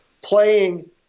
playing